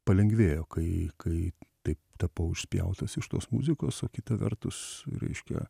palengvėjo kai kai taip tapau išspjautas iš tos muzikos o kita vertus reiškia